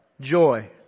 joy